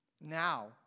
Now